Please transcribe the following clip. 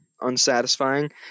unsatisfying